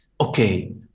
okay